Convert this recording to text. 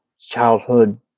childhood